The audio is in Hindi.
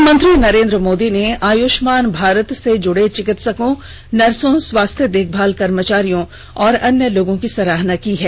प्रधानमंत्री नरेन्द्र मोदी ने आयुष्मान भारत से जुड़े चिकित्सकों नर्सों स्वास्थ्य देखभाल कर्मचारियों और अन्य लोगों की सराहना की है